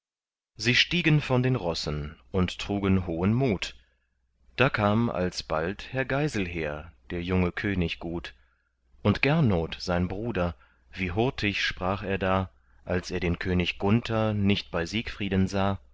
sie stiegen von den rossen und trugen hohen mut da kam alsbald herr geiselher der junge könig gut und gernot sein bruder wie hurtig sprach er da als er den könig gunther nicht bei siegfrieden sah